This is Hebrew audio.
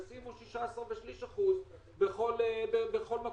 שישימו 16% בכל מקום,